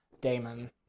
Damon